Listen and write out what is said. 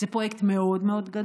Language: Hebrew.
זה פרויקט מאוד מאוד גדול,